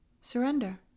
surrender